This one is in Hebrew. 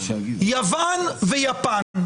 יוון ויפן.